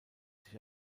sich